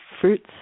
fruits